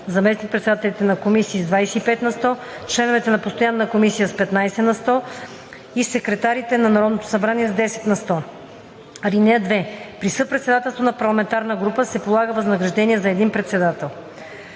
заместник-председателите на комисии – с 25 на сто, членовете на постоянна комисия – с 15 на сто, и секретарите на Народното събрание – с 10 на сто. (2) При съпредседателство на парламентарната група се полага възнаграждение за един председател.